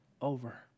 over